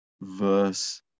verse